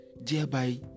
thereby